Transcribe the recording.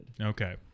Okay